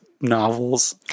novels